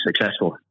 successful